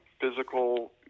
physical